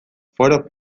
foroeus